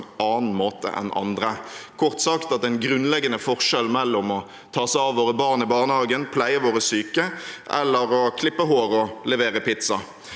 annen måte enn andre – kort sagt at det er en grunnleggende forskjell mellom det å ta seg av våre barn i barnehagen eller pleie våre syke, og det å klippe hår eller levere pizza.